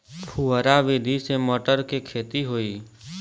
फुहरा विधि से मटर के खेती होई